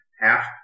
half